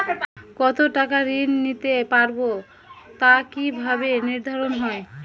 কতো টাকা ঋণ নিতে পারবো তা কি ভাবে নির্ধারণ হয়?